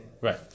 Right